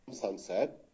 Sunset